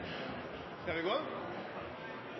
Skal vi